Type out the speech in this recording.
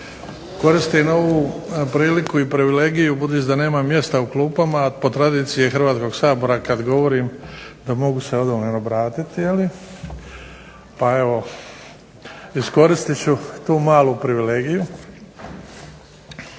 Koristim ovu priliku i privilegiju budući da nema mjesta u klupama, a po tradiciji je Hrvatskog sabor kada govorim da mogu se ... obratiti jeli, pa evo iskoristit ću tu malu privilegiju.